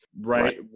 right